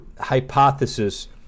hypothesis